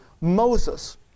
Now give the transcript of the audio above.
Moses